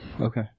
Okay